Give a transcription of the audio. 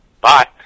Bye